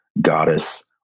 goddess